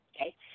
okay